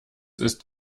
ist